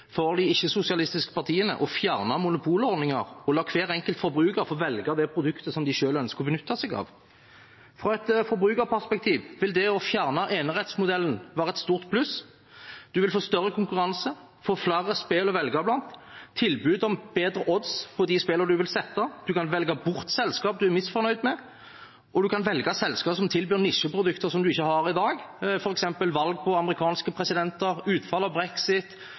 for de ikke-sosialistiske partiene å fjerne monopolordninger og la hver enkelt forbruker få velge det produktet som de selv ønsker å benytte seg av. Fra et forbrukerperspektiv vil det å fjerne enerettsmodellen være et stort pluss. En vil få større konkurranse, få flere spill å velge blant, tilbud om bedre odds på de spillene en vil satse på, en kan velge bort selskaper en er misfornøyd med, og en kan velge selskaper som tilbyr nisjeprodukter som en ikke har i dag, f.eks. valg på amerikanske presidenter, utfall av brexit,